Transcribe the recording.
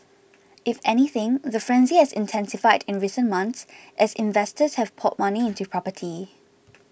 if anything the frenzy has intensified in recent months as investors have poured money into property